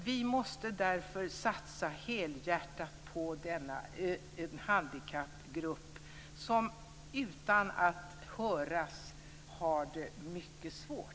Vi måste därför satsa helhjärtat på denna handikappgrupp som utan att höras har det mycket svårt.